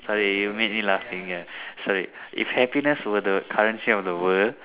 sorry you make me laughing ya sorry if happiness were the currency of the world